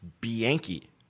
Bianchi